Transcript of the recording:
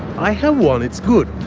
i had one. it's good